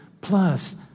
plus